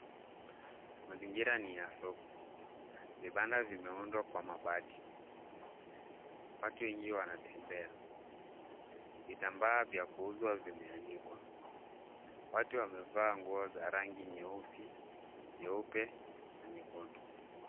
Mazingira ni ya soko. Vibanda vimeundwa kwa mabati. Watu wengi wanatembea. Vitambaa vya kuuzwa vimeanikwa. Watu wamevaa nguo za rangi nyeusi, nyeupe, na nyekundu.